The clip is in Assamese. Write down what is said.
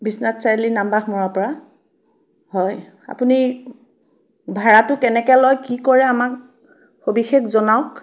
বিশ্বনাথ চাৰিআলি নামবাঘমৰাৰ পৰা হয় আপুনি ভাড়াটো কেনেকৈ লয় কি কৰে আমাক সবিশেষ জনাওক